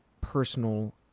personal